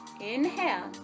inhale